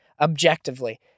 Objectively